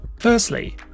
Firstly